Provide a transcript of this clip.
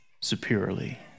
superiorly